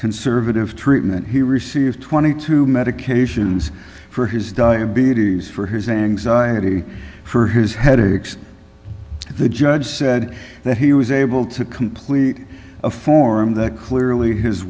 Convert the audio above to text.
conservative treatment he received twenty two medications for his diabetes for his anxiety for his headaches the judge said that he was able to complete a form that clearly his